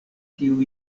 tiu